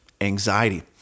anxiety